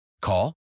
Call